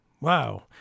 Wow